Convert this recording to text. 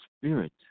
spirit